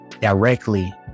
directly